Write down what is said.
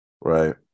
right